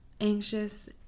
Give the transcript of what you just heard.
anxious